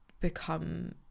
become